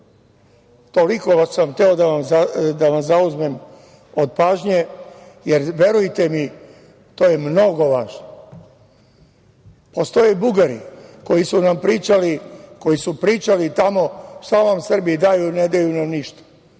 Toliko sam hteo da vam uzmem od pažnje, jer verujte mi to je mnogo važno. Postoje Bugari koji su pričali tamo – šta vam Srbi daju, ne daju vam ništa,